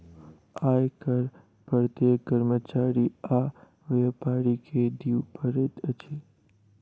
आय कर प्रत्येक कर्मचारी आ व्यापारी के दिअ पड़ैत अछि